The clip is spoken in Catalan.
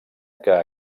que